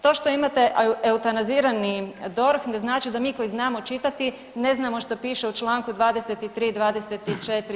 To što imate eutanazirani DORH ne znači da mi koji znamo čitati ne znamo šta piše u Članku 23., 24.